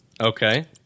Okay